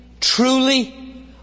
truly